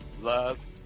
love